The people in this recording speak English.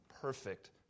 perfect